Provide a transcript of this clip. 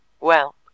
Well